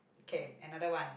okay another one